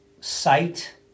sight